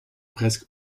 presque